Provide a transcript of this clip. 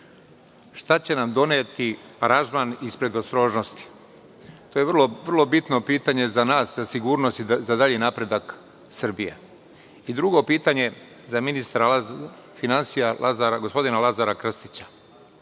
šta će nam doneti aranžman iz predostrožnosti? To je bitno pitanje za nas, za dalji napredak Srbije. Drugo pitanje je za ministra finansija gospodina Lazara Krstića.